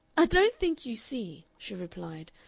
i don't think you see, she replied,